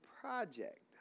project